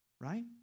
Right